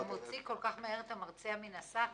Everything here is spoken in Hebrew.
מוציא כל כך מהר את המרצע מהשק?